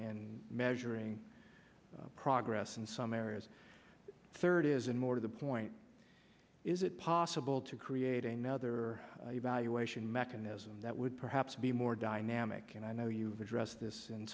and measuring progress in some areas third isn't more to the point is it possible to create another evaluation mechanism that would perhaps be more dynamic and i know you've addressed this in